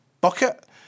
bucket